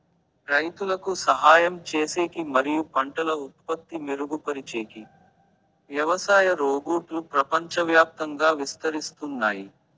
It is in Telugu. రైతులకు సహాయం చేసేకి మరియు పంటల ఉత్పత్తి మెరుగుపరిచేకి వ్యవసాయ రోబోట్లు ప్రపంచవ్యాప్తంగా విస్తరిస్తున్నాయి